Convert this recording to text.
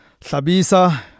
Sabisa